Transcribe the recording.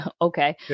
Okay